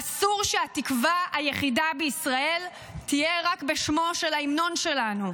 אסור שהתקווה היחידה בישראל תהיה רק בשמו של ההמנון שלנו.